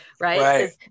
Right